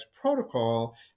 protocol